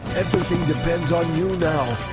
depends on you now